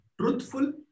truthful